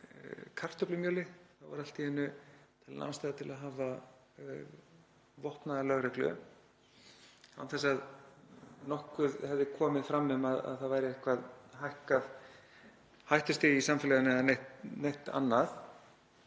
kartöflumjöli var allt í einu talin ástæða til að hafa vopnaða lögreglu án þess að nokkuð hafi komið fram um að það væri eitthvert hækkað hættustig í samfélaginu eða eitthvað annað.